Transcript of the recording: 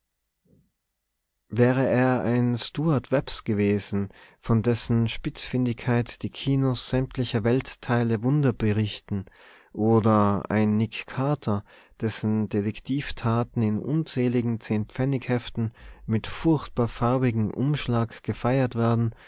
wäre er ein stuart webbs gewesen von dessen spitzfindigkeit die kinos sämtlicher weltteile wunder berichten oder ein nick carter dessen detektivtaten in unzähligen zehnpfennigheften mit furchtbar farbigem umschlag gefeiert werden